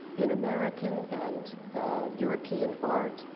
in american and european art,